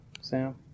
Sam